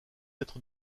être